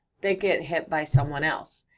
they get hit by someone else,